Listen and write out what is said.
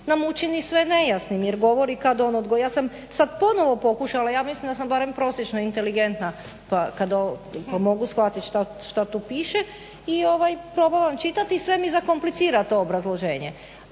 nam učini sve nejasnim jer govori kad ono, ja sam sad ponovo pokušala, ja mislim da sam barem prosječno inteligentna pa kad ovo, mogu shvatiti šta tu piše i ovaj probala čitati. I sve mi zakomplicira to obrazloženje.